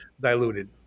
diluted